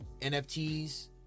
NFTs